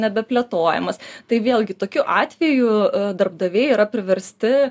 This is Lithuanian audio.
nebeplėtojamas tai vėlgi tokiu atveju darbdaviai yra priversti